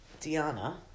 Diana